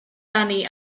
dani